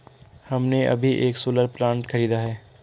हमने अभी एक सोलर प्लांट खरीदा है